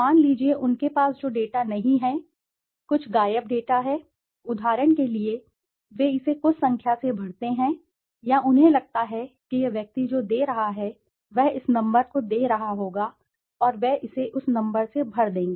मान लीजिए उनके पास जो डेटा नहीं है कुछ गायब डेटा है उदाहरण के लिए वे इसे कुछ संख्या से भरते हैं या उन्हें लगता है कि यह व्यक्ति जो दे रहा है वह इस नंबर को दे रहा होगा और वे इसे उस नंबर से भर देंगे